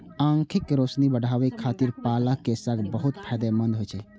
आंखिक रोशनी बढ़ाबै खातिर पालक साग बहुत फायदेमंद होइ छै